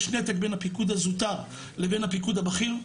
יש נתק בין הפיקוד הזוטר לבין הפיקוד הבכיר.